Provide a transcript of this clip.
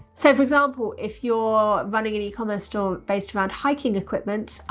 so, for example, if you're running an ecommerce store based around hiking equipment,